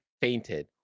fainted